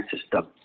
system